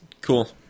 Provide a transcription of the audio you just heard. cool